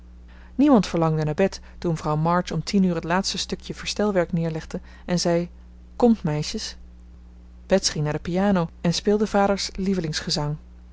niemand verlangde naar bed toen mevrouw march om tien uur het laatste stuk verstelwerk neerlegde en zei komt meisjes bets ging naar de piano en speelde vader's